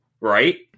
right